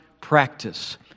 practice